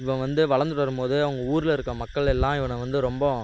இவன் வந்து வளர்ந்துட்டு வரும் போது அவங்க ஊரில் இருக்க மக்கள் எல்லாம் இவனை வந்து ரொம்பவும்